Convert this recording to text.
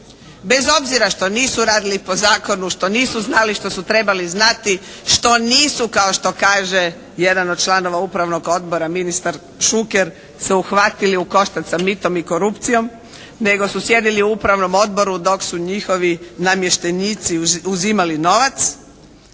bez obzira što nisu radili po zakonu, što nisu znali što su trebali znati, što nisu kao što kaže jedan od članova upravnog odbora ministar Šuker se uhvatili u koštac sa mitom i korupcijom, nego su sjedili u upravnom odboru dok su njihovi namještenici uzimali novac,